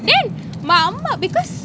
then my ah mah because